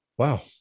Wow